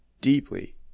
deeply